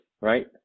right